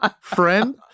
friend